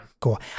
cool